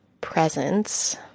presence